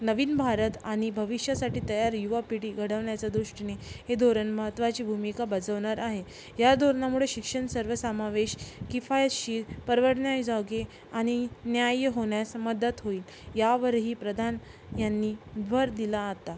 नवीन भारत आनि भविष्यासाठी तयार युवा पिढी घडवण्याच्या दृष्टीने हे धोरण महत्त्वाची भूमिका बजावणार आहे या धोरणामुळे शिक्षण सर्वसमावेशक किफायतशीर परवडण्याजोगे आणि न्याय्य होण्यास मदत होईल यावरही प्रधान यांनी भर दिला आता